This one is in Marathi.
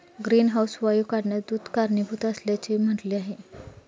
ग्रीनहाऊस वायू वाढण्यास दूध कारणीभूत असल्याचेही म्हटले आहे